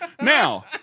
Now